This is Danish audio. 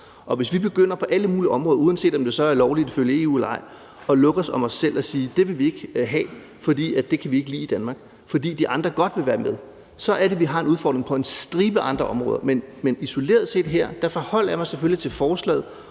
Hvis vi begynder på alle mulige områder, uanset om det så er lovligt ifølge EU eller ej, at lukke os om os selv og sige, at det vil vi ikke have, for det kan vi ikke lide i Danmark, fordi de andre godt vil være med, så er det, at vi har en udfordring på en stribe andre områder. Isoleret set her forholder jeg mig selvfølgelig til forslaget,